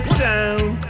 sound